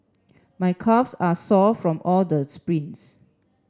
my calves are sore from all the sprints